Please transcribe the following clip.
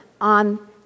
on